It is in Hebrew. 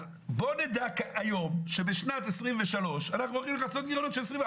אז בוא נדע היום שבשנת 2023 אנחנו הולכים לכסות גירעונות של 2021,